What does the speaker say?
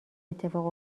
اتفاق